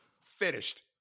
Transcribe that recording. finished